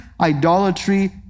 idolatry